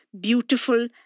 beautiful